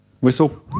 Whistle